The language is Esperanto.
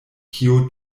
kio